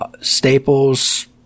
Staples